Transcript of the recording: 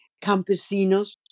campesinos